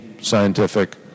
scientific